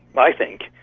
i think,